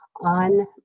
on